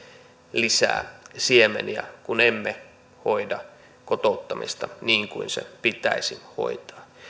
lisää siemeniä kun emme hoida kotouttamista niin kuin se pitäisi hoitaa